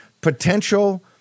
potential